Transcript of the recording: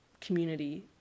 community